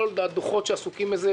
כל הדוחות שעוסקים בזה,